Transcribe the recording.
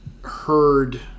heard